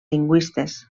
lingüistes